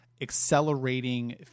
accelerating